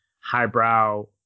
highbrow